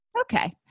Okay